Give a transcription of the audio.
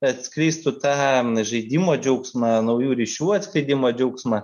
atskleistų tą žaidimo džiaugsmą naujų ryšių atskleidimo džiaugsmą